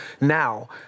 now